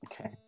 Okay